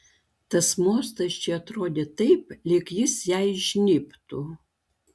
tas mostas čia atrodė taip lyg jis jai žnybtų